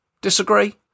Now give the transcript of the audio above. Disagree